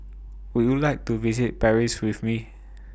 Would YOU like to visit Paris with Me